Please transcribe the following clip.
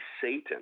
Satan